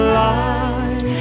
light